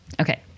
Okay